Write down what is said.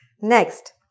Next